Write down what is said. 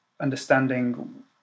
understanding